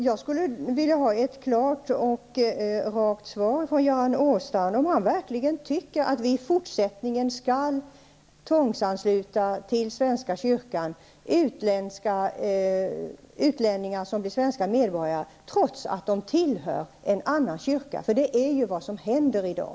Jag skulle vilja ha ett klart och rakt svar från Göran Åstrand om han verkligen tycker att vi i fortsättningen till svenska kyrkan skall tvångsansluta utlänningar som blivit svenska medborgare, trots att detta tillhör en annan kyrka. Det är faktiskt vad som händer i dag.